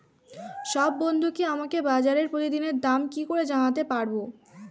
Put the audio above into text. সব বন্ধুকে আমাকে বাজারের প্রতিদিনের দাম কি করে জানাতে পারবো?